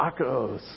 tacos